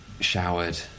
showered